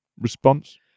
response